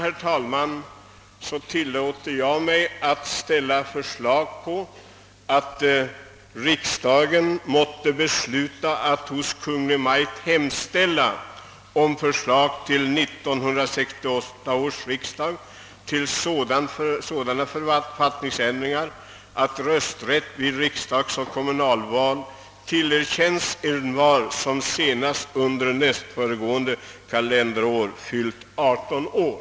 Jag tillåter mig därför föreslå att riksdagen måtte besluta att hos Kungl. Maj:t hemställa om förslag till 1968 års riksdag till sådana författningsändringar att rösträtt vid riksdagsoch kommunalval tillerkänns envar som senast under föregående kalenderår har fyllt 18 år.